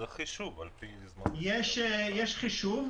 יש חישוב,